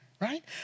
right